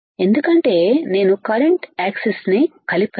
ఎందుకంటే నేను current axis ని కలిపాను